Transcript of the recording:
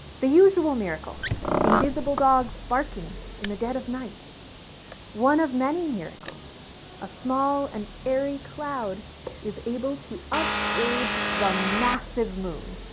the usual miracle invisible dogs barking in the dead of night one of many miracles a small and airy cloud is able to upstage the massive moon.